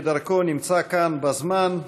שכדרכו נמצא כאן בזמן,